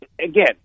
Again